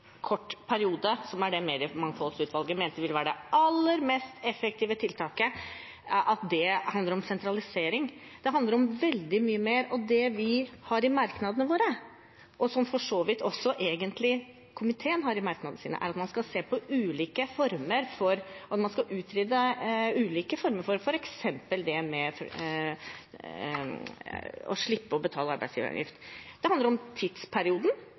kort periode, som er det mediemangfoldsutvalget mente ville være det aller mest effektive tiltaket, handler om sentralisering. Det handler om veldig mye mer, og det vi har i merknadene våre – og som for så vidt også komiteen egentlig har i merknadene sine – er at man skal se på om man skal utrede ulike former for f.eks. det å slippe å betale arbeidsgiveravgift. Det handler om tidsperioden